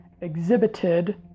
exhibited